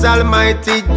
Almighty